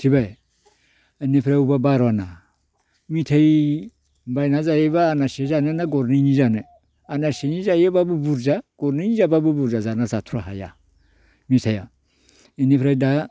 मिथिबाय इनिफ्राय अबेबा बार'ना मिथाय बायना जायोब्ला आनासेनि जानो ना गरनैनि जानो आनासेनि जायोब्ला बुरजा गरनै जाब्लाबो बुरजा जाथ्र' हाया मिथाया इनिफ्राय दा